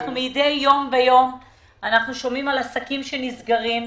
מדי יום ביום אנחנו שומעים על עסקים שנסגרים.